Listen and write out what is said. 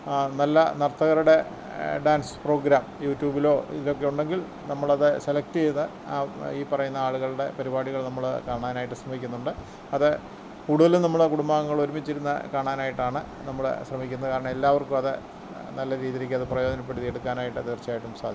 നല്ല നർത്തകരുടെ dance programme യു ട്യൂബിലോ ഇതൊക്കെ ഉണ്ടെങ്കിൽ നമ്മളത് സെലെക്റ്റ്യ്ത് ഈ പറയുന്ന ആളുകളുടെ പരിപാടികള് നമ്മള് കാണാനായിട്ട് ശ്രമിക്കുന്നുണ്ട് അത് കൂടുതലും നമ്മുടെ കുടുംബാംഗളൊരുമിച്ചിരുന്ന് കാണാനായിട്ടാണ് നമ്മള് ശ്രമിക്കുന്നത് കാരണം എല്ലാവർക്കും അത് നല്ല രീതിയിലേക്കത് പ്രയോജനപ്പെടുകയും എടുക്കാനായിട്ട് തീർച്ചയായിട്ടും സാധിക്കും